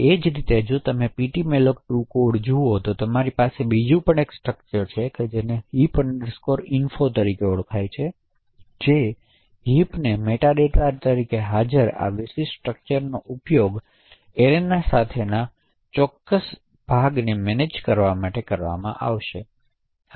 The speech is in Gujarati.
એ જ રીતે જો તમે ptmalloc2 કોડ જુઓ તો તમારી પાસે બીજું સ્ટ્રક્ચર પણ છે જેને heap info તરીકે ઓળખાય છે હિપને તેથી મેટા ડેટા તરીકે હાજર આ વિશિષ્ટ સ્ટ્રક્ચરનો ઉપયોગ એરેના સાથેના ચોક્કસમેનેજ કરવા માટે કરવામાં આવશે